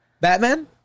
Batman